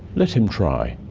let him try.